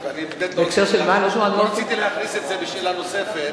אני לא רציתי להכניס את זה בשאלה נוספת,